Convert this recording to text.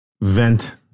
vent